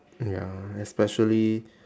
ya especially